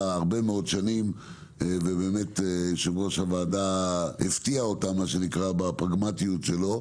הרבה מאוד שנים ויושב-ראש הוועדה הפתיע בפרגמטיות שלו,